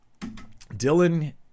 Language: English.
Dylan